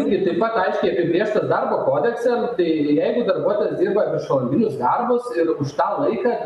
lygiai taip pat aiškiai apibrėžta darbo kodekse tai jeigu darbuotojas dirba viršvalandinius darbus ir už tą laiką